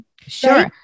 Sure